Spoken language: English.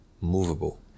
movable